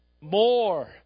more